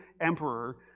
emperor